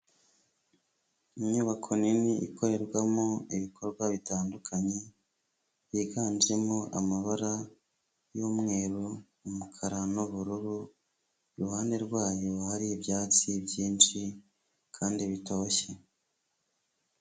Inyubako nini ikorerwamo ibikorwa bitandukanye, byiganjemo amabara y'umweru, umukara n'ubururu. Iruhande rwanyo hari ibyatsi byinshi kandi bitoshye.